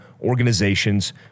organizations